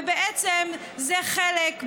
ובעצם זה חלק,